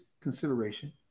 consideration